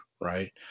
right